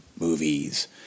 movies